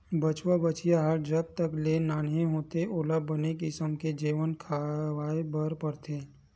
बछवा, बछिया ह जब तक ले नान्हे होथे ओला बने किसम के जेवन खवाए बर परथे